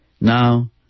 Now